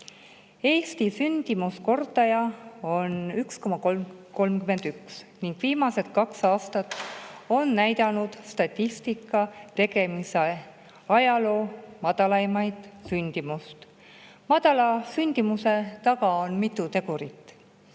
Eesti sündimuskordaja on 1,31 ning viimased kaks aastat on näidanud statistika tegemise ajaloo madalaimat sündimust. Madala sündimuse taga on mitu tegurit.